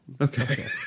Okay